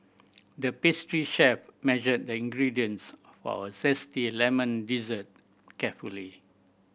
the pastry chef measured the ingredients for a zesty lemon dessert carefully